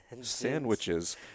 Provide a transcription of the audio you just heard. sandwiches